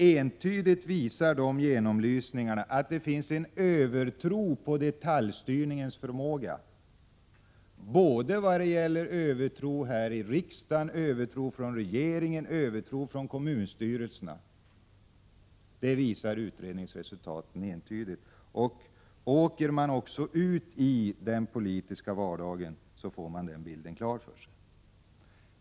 Entydigt visar dessa genomlysningar att det finns en övertro på detaljstyrningens förmåga i vad gäller övertro här i riksdagen, i regeringen och i kommunstyrelserna. Det visar utredningsresultaten tydligt. Ser man sig också om i den politiska vardagen får man den bilden klar för sig.